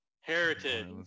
heritage